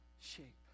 shape